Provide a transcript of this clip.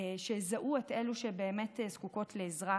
שיזהו את אלו שבאמת זקוקות לעזרה.